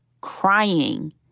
crying